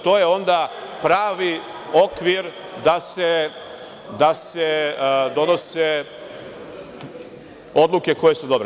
To je onda pravi okvir da se donose odluke koje su dobre.